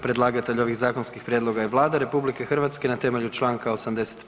Predlagatelj ovih zakonskih prijedloga je Vlada RH na temelju Članka 85.